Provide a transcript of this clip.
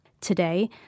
Today